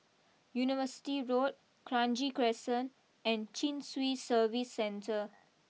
University Road Kranji Crescent and Chin Swee Service Centre